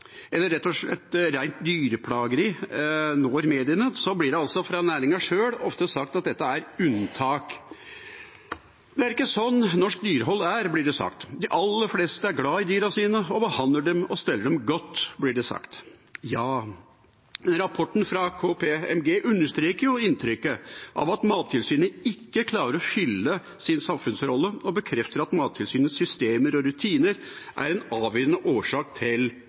eller rett og slett rent dyreplageri når mediene, blir det fra næringa sjøl ofte sagt at dette er unntak. Det er ikke sånn norsk dyrehold er, blir det sagt. De aller fleste er glad i dyra sine og behandler og steller dem godt, blir det sagt. Rapporten fra KPMG understreker inntrykket av at Mattilsynet ikke klarer å fylle sin samfunnsrolle, og bekrefter at Mattilsynets systemer og rutiner er en avgjørende årsak til